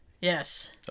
Yes